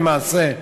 למעשה,